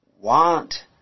want